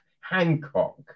Hancock